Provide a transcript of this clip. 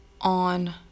on